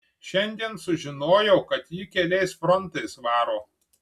šiandien sužinojau kad ji keliais frontais varo